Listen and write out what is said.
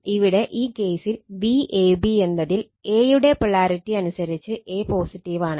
ഇവിടെ ഈ കേസിൽ Vab എന്നതിൽ a യുടെ പൊളാരിറ്റി അനുസരിച്ച് a പോസിറ്റീവാണ്